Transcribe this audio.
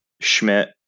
Schmidt